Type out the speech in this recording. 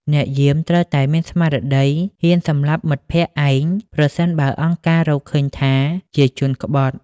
អ្នកយាមត្រូវតែមានស្មារតីហ៊ានសម្លាប់មិត្តភក្តិឯង ប្រសិនបើអង្គការរកឃើញថាជាជនក្បត់។